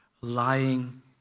lying